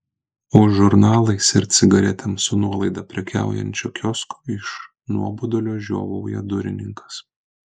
už žurnalais ir cigaretėm su nuolaida prekiaujančio kiosko iš nuobodulio žiovauja durininkas